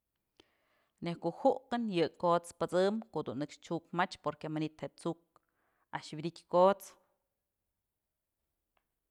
Nej ko'o ju'ukën yë kot's pësëmbë kodun nëkx t'siuk mach porque manytë je'e t'suk a'ax wi'idytyë kot's.